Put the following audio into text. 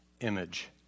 image